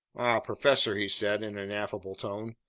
professor, he said in an affable tone,